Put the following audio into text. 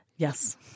Yes